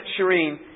Shireen